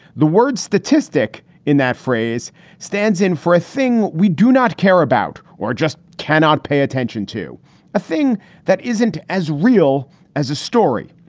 the word statistic in that phrase stands in for a thing we do not care about or just cannot pay attention to a thing that isn't as real as a story.